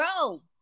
Bro